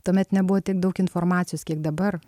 tuomet nebuvo tiek daug informacijos kiek dabar